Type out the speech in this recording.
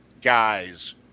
guys